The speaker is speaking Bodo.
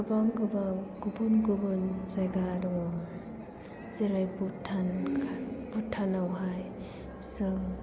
गोबां गुबुन गुबुन जायगा दङ जेरै भुटान भुटान आवहाय जों